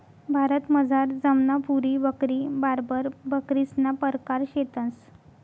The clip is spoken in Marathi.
भारतमझार जमनापुरी बकरी, बार्बर बकरीसना परकार शेतंस